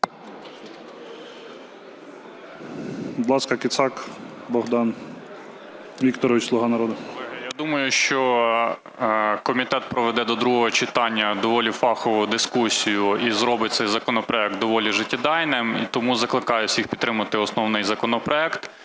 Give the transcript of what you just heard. думаю, що комітет проведе до другого читання доволі фахову дискусію і зробить цей законопроект доволі життєдайним. І тому закликаю всіх підтримати основний законопроект